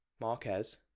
Marquez